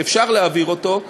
שאפשר להעביר אותו,